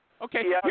Okay